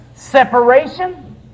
separation